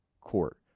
court